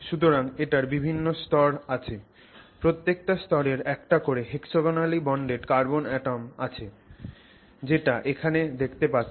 সুতরাং এটার বিভিন্ন স্তর আছে প্রত্যেকটা স্তরের একটা করে hexagonally bonded carbon atoms আছে যেটা এখানে দেখতে পাচ্ছ